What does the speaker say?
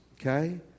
okay